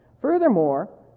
Furthermore